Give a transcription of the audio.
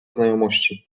znajomości